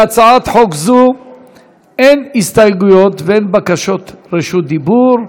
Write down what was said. להצעת חוק זו אין הסתייגויות ואין בקשות רשות דיבור.